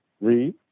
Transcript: Read